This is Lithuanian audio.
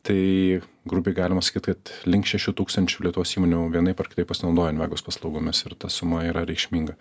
tai grubiai galima sakyt kad link šešių tūkstančių lietuvos įmonių vienaip ar kitaip pasinaudojo invegos paslaugomis ir ta suma yra reikšminga